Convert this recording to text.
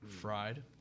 fried